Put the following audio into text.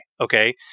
Okay